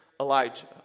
Elijah